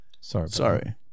Sorry